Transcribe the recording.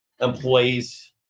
employees